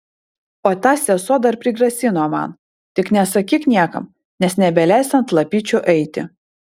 o ta sesuo dar prigrasino man tik nesakyk niekam nes nebeleis ant lapyčių eiti